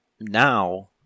now